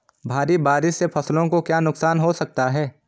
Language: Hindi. भारी बारिश से फसलों को क्या नुकसान हो सकता है?